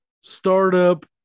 startup